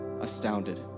astounded